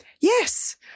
Yes